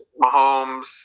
Mahomes